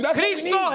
Christ